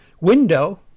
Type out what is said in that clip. window